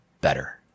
better